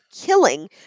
killing